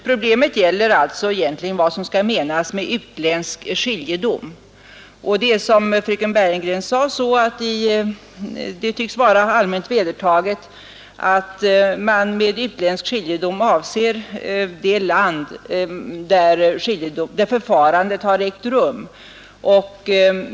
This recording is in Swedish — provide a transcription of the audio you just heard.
Problemet är alltså i själva verket vad som skall menas med utländsk skiljedom, och det tycks — som fröken Bergegren sade — vara allmänt vedertaget att en skiljedom anses utländsk om skiljeförfarandet ägt rum i ett annat land.